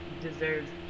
deserves